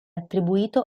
attribuito